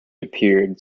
appeared